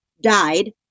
died